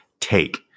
take